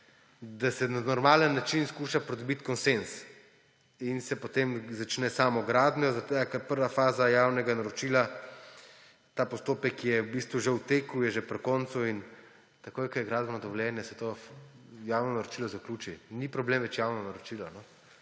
da se na normalen način skuša pridobiti konsenz in se potem začne s samo gradnjo. Prva faza javnega naročila, ta postopek je v bistvu že v teku, je že pri koncu in takoj ko bo gradbeno dovoljenje, se to javno naročilo zaključi. Ni problem več javno naročilo,